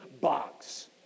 box